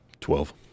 Twelve